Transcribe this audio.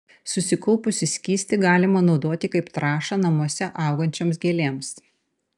susikaupusį skystį galima naudoti kaip trąšą namuose augančioms gėlėms